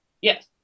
Yes